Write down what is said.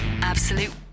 Absolute